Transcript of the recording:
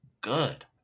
good